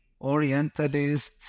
orientalist